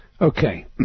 Okay